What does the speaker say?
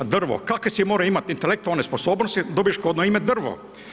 Drvo, kakve si morao imati intelektualne sposobnosti da dobiješ kodno ime drvo.